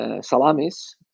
Salamis